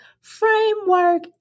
framework